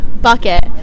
bucket